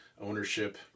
ownership